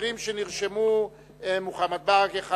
החברים שנרשמו הם מוחמד ברכה,